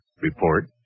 report